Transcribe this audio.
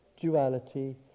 duality